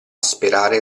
sperare